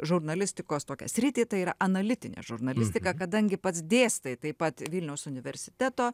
žurnalistikos tokią sritį tai yra analitinė žurnalistika kadangi pats dėstai taip pat vilniaus universiteto